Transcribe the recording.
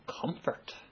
comfort